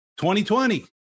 2020